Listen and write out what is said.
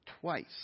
twice